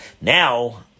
Now